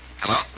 Hello